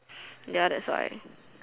ya that's why